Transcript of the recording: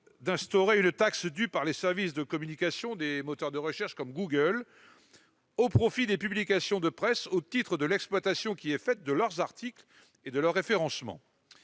à instaurer une taxe due par les services de communication des moteurs de recherche comme Google au profit des publications de presse, au titre de l'exploitation qui est faite de leurs articles et de leurs référencements.